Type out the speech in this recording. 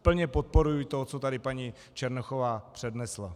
Plně podporuji to, co tady paní Černochová přednesla.